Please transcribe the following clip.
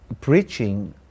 preaching